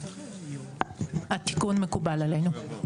התיקון מקובל עלינו.